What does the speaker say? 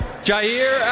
Jair